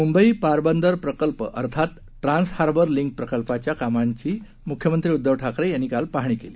मुंबई पारबंदर प्रकल्प अर्थात ट्रान्सहार्बर लिंक प्रकल्पांच्या कामांची मुख्यमंत्री उद्धव ठाकरे यांनी काल पाहणी केली